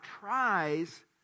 tries